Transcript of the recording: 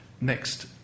next